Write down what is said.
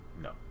No